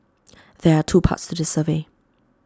there are two parts to the survey